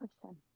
question